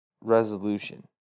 resolution